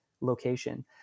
location